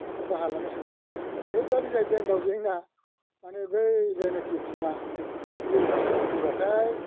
माने बाहा लानाय समाव ओरैबायदि जाहैदों दावजेंना माने बै जायनोखि बिमा बेयो बाहायाव गबाथाय